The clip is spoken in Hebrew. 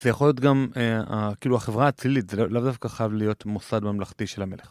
זה יכול להיות גם, כאילו, החברה האצילית זה לאו דווקא חייב להיות מוסד ממלכתי של המלך.